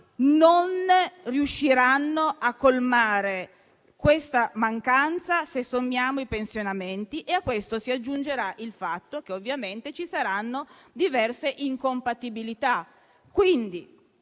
non riusciranno a colmare questa mancanza se sommiamo i pensionamenti e a questo si aggiungerà il fatto che ovviamente ci saranno diverse incompatibilità.